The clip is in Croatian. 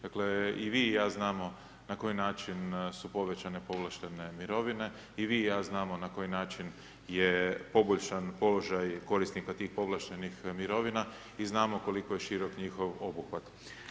Dakle, i vi i ja znamo na koji način su povećane povlaštene mirovine i vi i ja znamo na koji način je poboljšan položaj od tih povlaštenih mirovina i znamo koliko je širok njihov obuhvat.